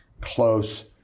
close